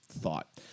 thought